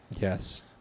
Yes